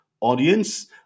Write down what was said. audience